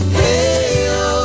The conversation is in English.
heyo